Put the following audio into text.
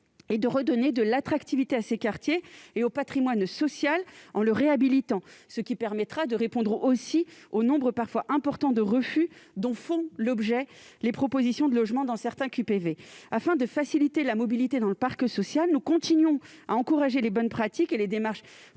et de redonner de l'attractivité à ces quartiers et au patrimoine social, en le réhabilitant. Cela permettra aussi de répondre au nombre parfois important de refus dont font l'objet les propositions de logement dans certains QPV. Afin de faciliter la mobilité dans le parc social, nous continuons à encourager les bonnes pratiques et les démarches